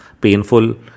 painful